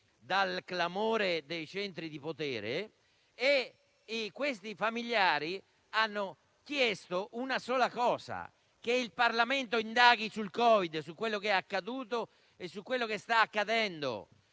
dal clamore dei centri di potere. Questi familiari hanno chiesto una sola cosa, che il Parlamento indaghi sul Covid, su quello che è accaduto e su quello che sta accadendo.